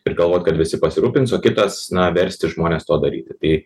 ir galvot kad visi pasirūpins o kitas na versti žmones to daryti tai